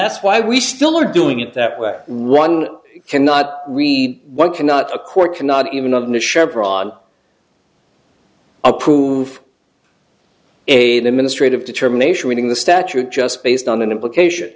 that's why we still are doing it that way one cannot read what cannot a court cannot even of new chevron approve a the ministry of determination reading the statute just based on an implication